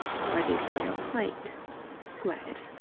divided by your height squared.